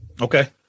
Okay